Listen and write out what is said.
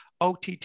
OTT